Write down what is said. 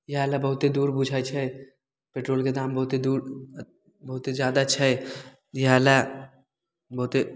इहए लए बहुते दूर बुझाइत छै पेट्रोलके दाम बहुते दूर बहुते जादा छै इहए लए बहुते